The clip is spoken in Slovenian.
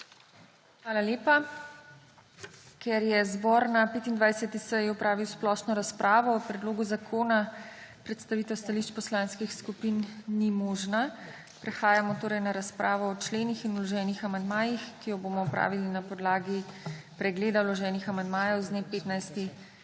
Hvala lepa. Ker je zbor na 25. seji opravil splošno razpravo o predlogu zakona, predstavitev stališč poslanskih skupin ni možna. Prehajamo torej na razpravo o členih in vloženih amandmajih, ki jo bomo opravili na podlagi pregleda vloženih amandmajev z dne 15.